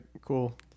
cool